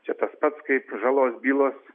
čia tas pats kaip žalos bylos